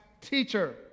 teacher